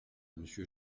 monsieur